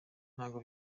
ntabwo